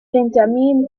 benjamin